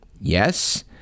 Yes